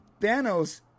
Thanos